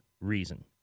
reason